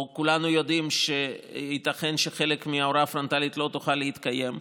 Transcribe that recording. או כולנו יודעים שייתכן שחלק מההוראה פרונטלית לא תוכל להתקיים,